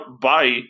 bye